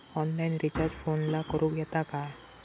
Online recharge फोनला करूक येता काय?